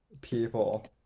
people